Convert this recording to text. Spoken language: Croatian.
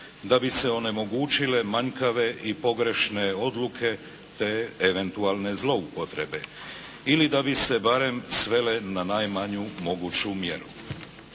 da bi se onemogućile manjkave i pogrešne odluke, te eventualne zloupotrebe ili da bi se barem svele na najmanju moguću mjeru.